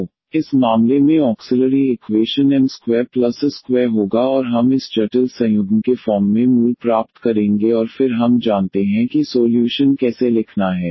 तो इस मामले में ऑक्सिलरी इक्वेशन m2a2 होगा और हम इस जटिल संयुग्म के फॉर्म में मूल प्राप्त करेंगे और फिर हम जानते हैं कि सोल्यूशन कैसे लिखना है